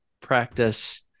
practice